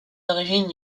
origines